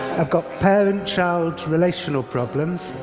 i've got parent-child relational problems,